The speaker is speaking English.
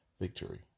victory